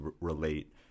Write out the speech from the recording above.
relate